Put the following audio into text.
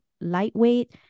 lightweight